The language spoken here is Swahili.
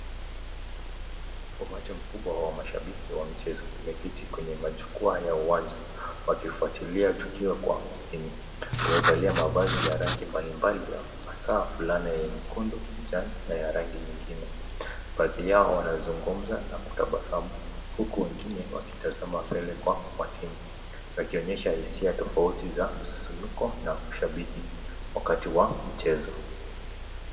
Umati mkubwa wa mashabiki wa mchezo wameketi kwenye majukwaa ya uwanja. Wakifwatilia tukio kwa makini. Wamevalia mavazi ya rangi mbali mbali ya hasa, fulani ya nyekundu, kijani, na ya rangi nyingine. Baadhi yao wanazungumza na kutabasamu, huku wengine wakitazama mbele kwa makini. Wakionyesha hisia tofauti za msisimko na mashabiki wakati wa mchezo.